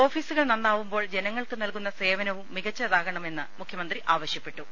ഓഫീസുകൾ നന്നാവുമ്പോൾ ജനങ്ങൾക്ക് നൽകുന്ന സേവനവും മികച്ചതാകണമെന്ന് മുഖ്യമന്ത്രി ആവശ്യപ്പെ ട്ടു